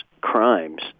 crimes